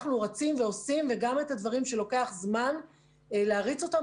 אנחנו רצים ועושים וגם את הדברים שלוקח זמן להריץ אותם,